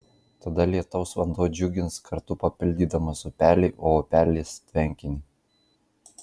tada lietaus vanduo džiugins kartu papildydamas upelį o upelis tvenkinį